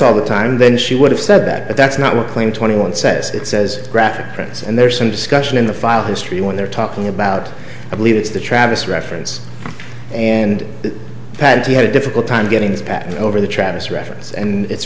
all the time then she would have said that that's not what claim twenty one says it says graphic prints and there's some discussion in the file history when they're talking about i believe it's the travis reference and patty had a difficult time getting this back over the travis reference and it's